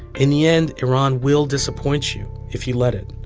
in the end, iran will disappoint you if you let it.